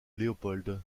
léopold